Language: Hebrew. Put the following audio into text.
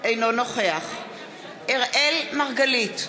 אינו נוכח אראל מרגלית,